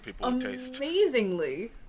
amazingly